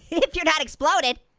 if you're not exploded,